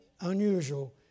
unusual